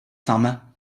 summer